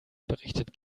berichtet